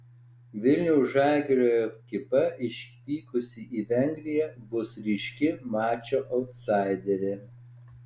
vilniaus žalgirio ekipa išvykusi į vengriją bus ryški mačo autsaiderė